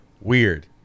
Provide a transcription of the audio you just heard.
weird